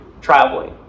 traveling